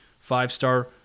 five-star